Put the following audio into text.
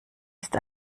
ist